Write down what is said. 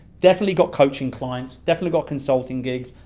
definitely got coaching clients, definitely got consulting gigs,